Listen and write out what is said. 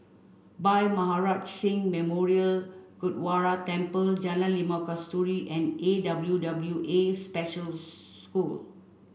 Bhai Maharaj Singh Memorial Gurdwara Temple Jalan Limau Kasturi and A W W A Special School